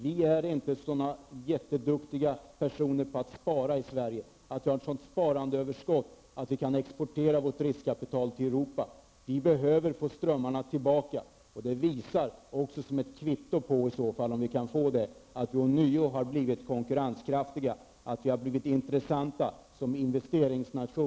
Vi är inte så jätteduktiga på att spara i Sverige att vi med hjälp av vårt sparandeöverskott kan exportera vårt riskkapital till Europa. Vi behöver också få strömmar tillbaka. Om vi kan få det, blir det ett kvitto på att vårt land ånyo blivit konkurrenskraftig och intressant som investeringsnation.